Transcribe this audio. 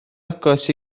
agos